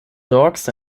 dogs